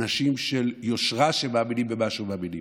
אנשים של יושרה שמאמינים במה שהם מאמינים.